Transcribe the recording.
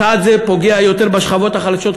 צעד זה פוגע יותר בשכבות החלשות,